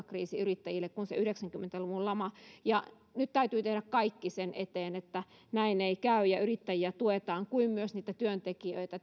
kriisi yrittäjille kuin se yhdeksänkymmentä luvun lama ja nyt täytyy tehdä kaikki sen eteen että näin ei käy ja yrittäjiä tuetaan samoin kuin myös työntekijöitä